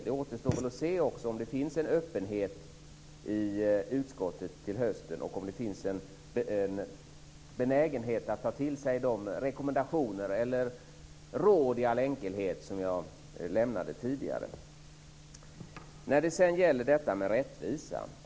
Det återstår också att se om det finns en öppenhet i utskottet till hösten och om det finns en benägenhet att ta till sig de rekommendationer eller råd i all enkelhet som jag lämnade tidigare. Sedan gäller det rättvisa.